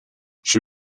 she